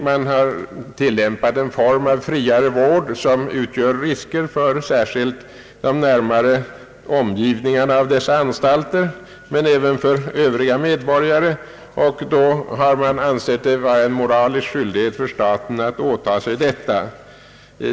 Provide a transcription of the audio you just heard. Man har tillämpat en form av friare vård som medför risker för särskilt dem som bor i de närmare omgivningarna till dessa anstalter men även för övriga medborgare. Därför har man ansett det vara en moralisk skyldighet för staten att åta sig detta.